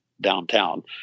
downtown